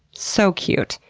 so cute.